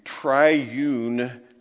triune